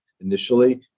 initially